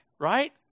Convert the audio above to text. right